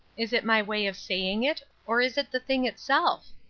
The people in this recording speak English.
is it my way of saying it, or is it the thing itself?